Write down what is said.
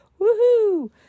woohoo